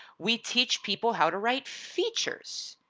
we teach people how to write features,